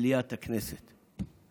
מליאת הכנסת,